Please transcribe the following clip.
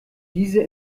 diese